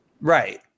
Right